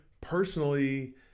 personally